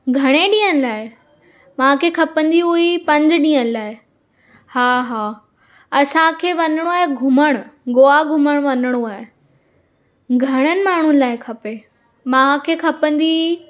घणे ॾींहंनि लाइ मूंखे खपदी हुई पंज ॾींहंनि लाइ हा हा असांखे वञिणो आहे घुमण गोवा घुमण वञिणो आहे घणनि माण्हुनि लाइ खपे मूंखे खपंदी